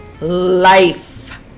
life